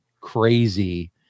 crazy